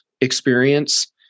experience